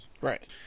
Right